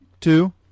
two